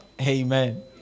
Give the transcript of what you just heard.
Amen